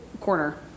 corner